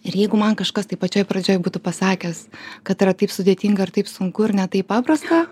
ir jeigu man kažkas taip pačioj pradžioj būtų pasakęs kad tai yra taip sudėtinga ir taip sunku ir ne taip paprasta